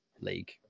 League